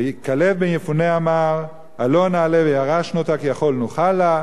וכלב בן יפונה אמר: "עלֹה נעלה וירשנו אותה כי יכול נוכל לה",